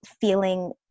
feeling